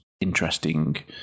interesting